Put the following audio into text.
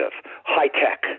high-tech